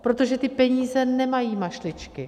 Protože ty peníze nemají mašličky.